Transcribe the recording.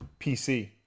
PC